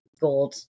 gold